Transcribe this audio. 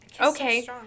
okay